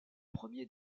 premier